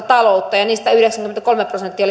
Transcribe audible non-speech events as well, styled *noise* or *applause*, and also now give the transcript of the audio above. *unintelligible* taloutta ja niistä yhdeksänkymmentäkolme prosenttia *unintelligible*